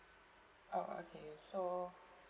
oh okay so